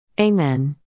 Amen